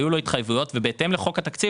היו לו התחייבויות ובהתאם לחוק התקציב